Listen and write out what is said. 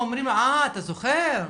אומרים 'אה אתה זוכר'?